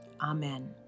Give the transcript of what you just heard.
Amen